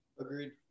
Agreed